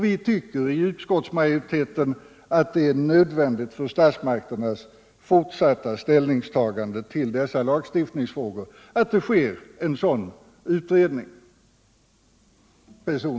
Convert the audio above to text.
Vi i utskottsmajoriteten har tyckt att det är nödvändigt för statsmakternas fortsatta ställningstagande till dessa lagstiftningsfrågor att en sådan utredning görs.